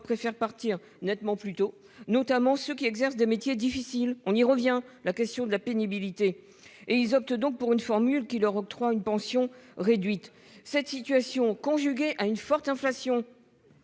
préfèrent partir nettement plus tôt, notamment ceux qui exercent des métiers difficiles- on revient à cette question de la pénibilité. Ils optent donc pour une formule qui leur octroie une pension réduite. Cette situation, conjuguée à une forte inflation-